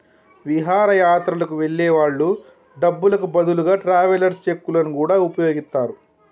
విహారయాత్రలకు వెళ్ళే వాళ్ళు డబ్బులకు బదులుగా ట్రావెలర్స్ చెక్కులను గూడా వుపయోగిత్తరు